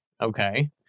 Okay